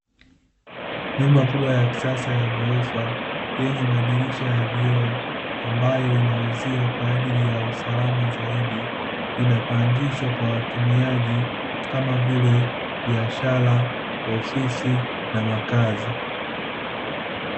Nyumba kubwa ya kisasa ya ghorofa yenye madirisha ya vioo, ambayo ina uzio kwa ajili ya usalama zaidi, inapangishwa kwa watumiaji kama vile; biashara, ofisi na makazi.